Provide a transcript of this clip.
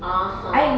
(uh huh)